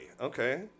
okay